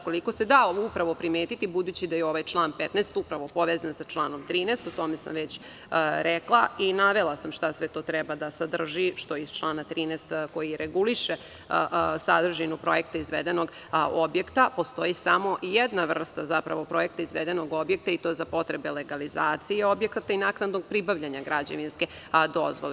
Koliko se dalo upravo primetiti, budući da je ovaj član 15. upravo povezan sa članom 13, o tome sam već rekla i navela sam šta sve to treba da sadrži, što iz člana 13. koji reguliše sadržinu projekta izvedenog objekta, zapravo postoji samo jedna vrsta objekta izvedenog objekta i to za potrebe legalizacije objekata i naknadnog pribavljanja građevinske dozvole.